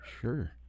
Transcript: Sure